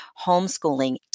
homeschooling